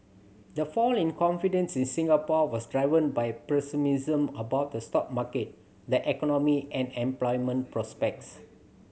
the fall in confidence in Singapore was driven by pessimism about the stock market the economy and employment prospects